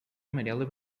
amarela